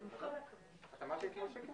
אני פה בסיפור הזה כבר עשר שנים,